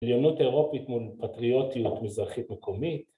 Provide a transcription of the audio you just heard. ‫עליונות אירופית ‫מול פטריוטיות מזרחית מקומית.